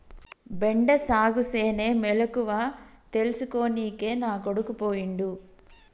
బెండ సాగుసేనే మెలకువల తెల్సుకోనికే నా కొడుకు పోయిండు